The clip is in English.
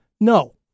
no